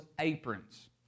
aprons